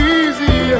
easy